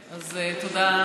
שר תורן, אכן.